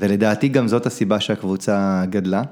ולדעתי גם זאת הסיבה שהקבוצה גדלה.